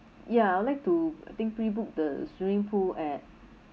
ya I would like to I think prebook the swimming pool at